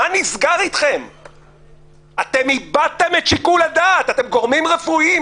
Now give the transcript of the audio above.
על איזשהו סדר קבוע ושגרת אירוע,